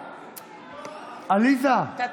עליזה, עליזה.